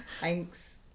thanks